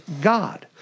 God